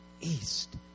East